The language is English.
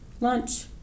lunch